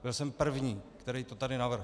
Byl jsem první, který to tady navrhl.